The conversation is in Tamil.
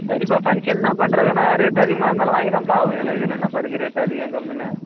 சரிப்பா ஃபங்க்ஷன்னா பண்ணுறதுனா ரேட் அதிகமாக இருந்தாலும் வாங்கி தான்ப்பா ஆவனும் இதில் இதில் என்னப்பா இருக்கு ரேட் அதிகம் கம்மின்னு